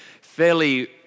fairly